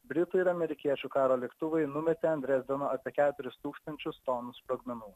britų ir amerikiečių karo lėktuvai numetė ant drezdeno apie keturis tūkstančius tonų sprogmenų